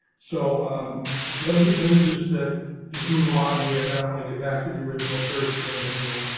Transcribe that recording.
so let me, let me just, ah just move on here. and then i want to get back to the original search screen and then we'll,